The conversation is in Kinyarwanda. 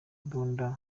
imbuga